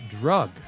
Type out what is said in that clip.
drug